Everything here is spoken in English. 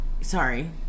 Sorry